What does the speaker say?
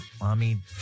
Mommy